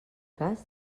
cas